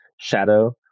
shadow